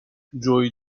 جویی